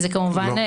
כמובן,